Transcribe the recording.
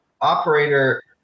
operator